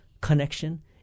connection